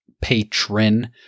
patron